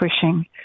pushing